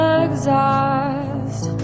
exhaust